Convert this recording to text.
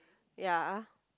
ya